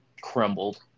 crumbled